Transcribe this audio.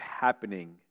happening